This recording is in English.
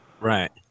Right